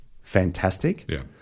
fantastic